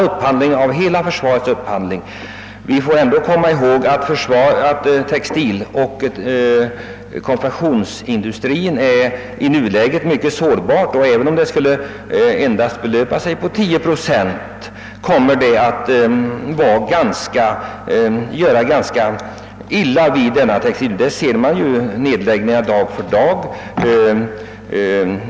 även om upphandlingen utomlands endast skulle belöpa sig till 10 procent kommer den att drabba denna industri hårt. Man ser ju nedläggningar dag för dag.